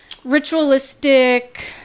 ritualistic